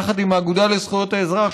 יחד עם האגודה לזכויות האזרח,